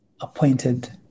appointed